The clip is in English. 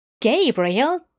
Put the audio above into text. Gabriel